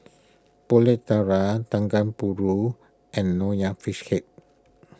Pulut Tatal Dendeng Paru and Nonya Fish Head